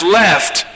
left